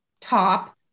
top